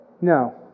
No